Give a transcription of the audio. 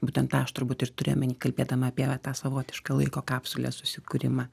būtent tą aš turbūt ir turiu omeny kalbėdama apie va tą savotišką laiko kapsulės susikūrimą